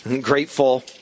grateful